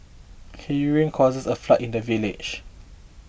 heavy rain caused a flood in the village